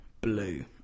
Blue